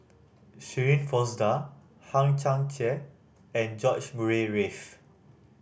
Shirin Fozdar Hang Chang Chieh and George Murray Reith